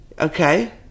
okay